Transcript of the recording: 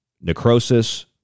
Necrosis